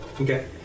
Okay